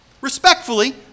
respectfully